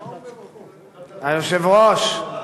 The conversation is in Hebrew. היושב-ראש,